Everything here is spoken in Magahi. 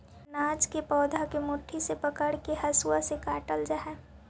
अनाज के पौधा के मुट्ठी से पकड़के हसुआ से काटल जा हई